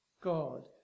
God